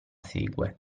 segue